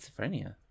schizophrenia